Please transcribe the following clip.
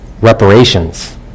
Reparations